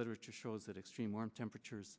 literature shows that extreme warm temperatures